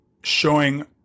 showing